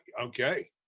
Okay